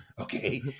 Okay